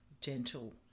gentle